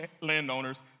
landowners